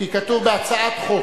כי כתוב "בהצעת חוק"